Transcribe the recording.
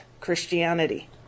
Christianity